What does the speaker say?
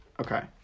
Okay